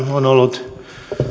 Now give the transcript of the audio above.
on ollut